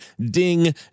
DING